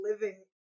living